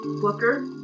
Booker